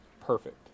perfect